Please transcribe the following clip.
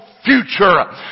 future